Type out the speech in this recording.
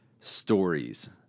stories